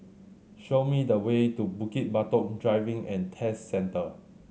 show me the way to Bukit Batok Driving and Test Centre